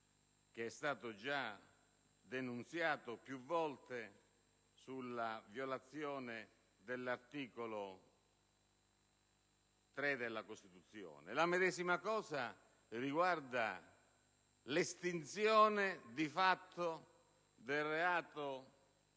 che è stata già denunziata più volte, dell'articolo 3 della Costituzione. La medesima cosa riguarda l'estinzione di fatto dei reati di